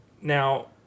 Now